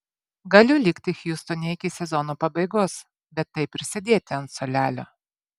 galiu likti hjustone iki sezono pabaigos bet taip ir sėdėti ant suolelio